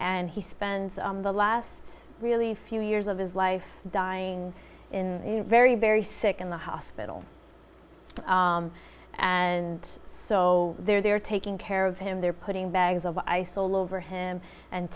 and he spent the last really few years of his life dying in very very sick in the hospital and so they're they're taking care of him they're putting bags of ice all over him and